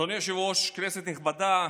אדוני היושב-ראש, כנסת נכבדה,